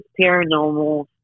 paranormal